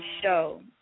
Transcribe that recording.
show